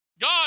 God